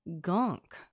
gunk